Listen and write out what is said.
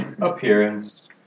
Appearance